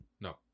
No